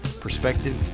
perspective